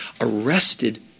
arrested